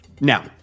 Now